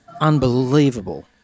unbelievable